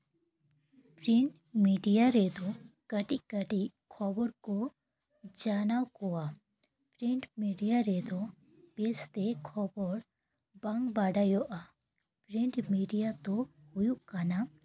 print media ᱨᱮᱫᱚ ᱠᱟᱹᱴᱤᱡ ᱠᱟᱹᱴᱤᱡ ᱠᱷᱚᱵᱚᱨ ᱠᱚ ᱡᱟᱱᱟᱣ ᱠᱚᱣᱟ ᱯᱨᱤᱱᱴ ᱢᱤᱰᱤᱭᱟ ᱨᱮᱫᱚ ᱵᱮᱥᱛᱮ ᱠᱷᱚᱵᱚᱨ ᱵᱟᱝ ᱵᱟᱰᱟᱭᱚᱜᱼᱟ ᱯᱨᱤᱱᱴ ᱢᱤᱰᱤᱭᱟ ᱫᱚ ᱦᱩᱭᱩᱜ ᱠᱟᱱᱟ